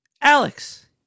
Alex